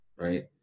Right